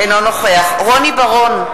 אינו נוכח רוני בר-און,